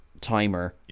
timer